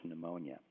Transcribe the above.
pneumonia